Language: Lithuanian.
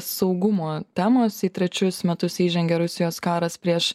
saugumo temos į trečius metus įžengė rusijos karas prieš